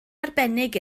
arbennig